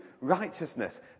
righteousness